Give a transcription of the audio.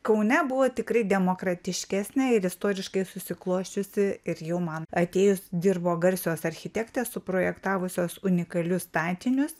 kaune buvo tikrai demokratiškesnė ir istoriškai susiklosčiusi ir jau man atėjus dirbo garsios architektės suprojektavusios unikalius statinius